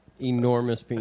Enormous